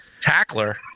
tackler